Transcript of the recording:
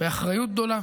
באחריות גדולה